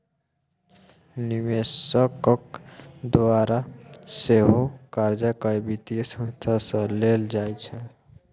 निवेशकक द्वारा सेहो कर्जाकेँ वित्तीय संस्था सँ लेल जाइत छै